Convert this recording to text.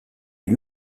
lui